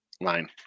line